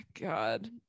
god